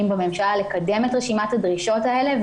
בממשלה כדי לקדם את רשימת הדרישות האלה,